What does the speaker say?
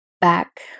back